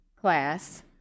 class